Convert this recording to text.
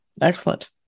Excellent